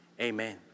Amen